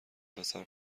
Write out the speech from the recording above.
پسر